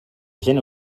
gent